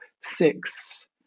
six